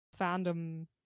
fandom